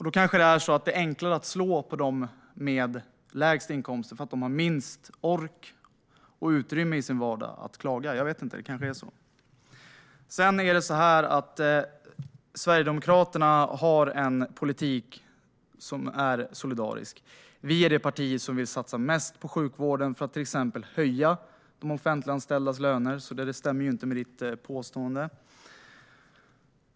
Då kanske det är enklare att slå på dem med lägst inkomster för att de har minst ork och utrymme i sin vardag att klaga. Jag vet inte. Det kanske är så. Sverigedemokraterna har en politik som är solidarisk. Vi är det parti som vill satsa mest på sjukvården för att till exempel höja de offentliganställdas löner. Det stämmer inte med finansministerns påstående.